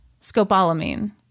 scopolamine